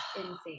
insane